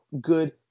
good